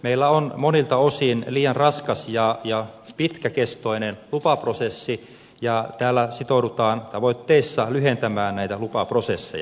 meillä on monilta osin liian raskas ja pitkäkestoinen lupaprosessi ja täällä tavoitteissa sitoudutaan lyhentämään näitä lupaprosesseja